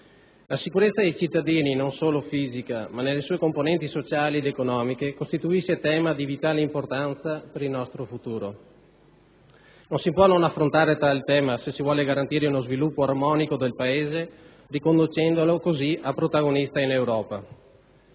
La sicurezza dei cittadini, non solo fisica ma nelle sue componenti sociali ed economiche, costituisce tema di vitale importanza per il nostro futuro. Non si può non affrontare tale tema se si vuole garantire uno sviluppo armonico del Paese, riconducendolo così a protagonista in Europa.